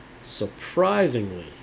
surprisingly